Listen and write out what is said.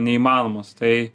neįmanomas tai